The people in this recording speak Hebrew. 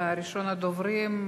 וראשון הדוברים,